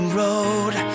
road